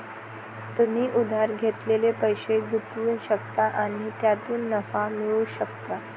तुम्ही उधार घेतलेले पैसे गुंतवू शकता आणि त्यातून नफा मिळवू शकता